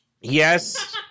Yes